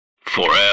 FOREVER